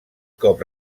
cop